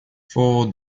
for